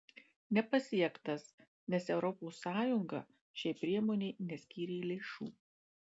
nepasiektas nes europos sąjunga šiai priemonei neskyrė lėšų